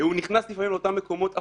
הוא נכנס לפעמים לאותם מקומות אפורים,